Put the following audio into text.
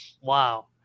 Wow